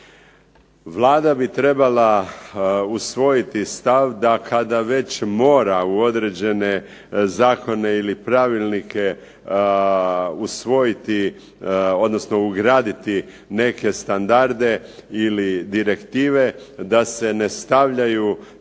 Vlada bi trebala usvojiti stav da kada već mora u određene zakone ili pravilnike usvojiti, odnosno ugraditi neke standarde ili direktive da se ne stavljaju eksplicitne